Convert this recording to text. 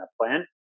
plan